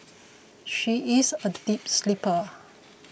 she is a deep sleeper